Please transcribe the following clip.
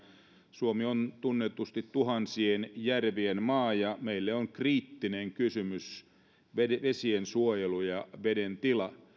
suomi on tunnetusti tuhansien järvien maa ja meille on kriittinen kysymys vesiensuojelu ja veden tila